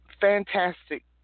fantastic